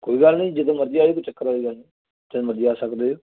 ਕੋਈ ਗੱਲ ਨਹੀਂ ਜਦੋਂ ਮਰਜੀ ਆ ਜਾਇਓ ਕੋਈ ਚੱਕਰ ਵਾਲੀ ਗੱਲ ਨਹੀਂ ਜਦੋਂ ਮਰਜੀ ਆ ਸਕਦੇ ਹੋ